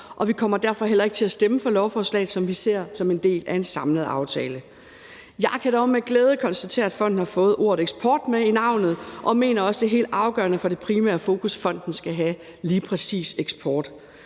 og vi kommer derfor heller ikke til at stemme for lovforslaget, som vi ser som en del af en samlet aftale. Jeg kan dog med glæde konstatere, at fonden har fået ordet eksport med i navnet, og mener også, at det helt afgørende for det primære fokus, fonden skal have, er lige præcis eksport.